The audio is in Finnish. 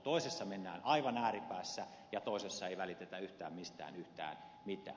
toisessa mennään aivan ääripäässä ja toisessa ei välitetä yhtään mistään yhtään mitään